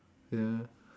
ya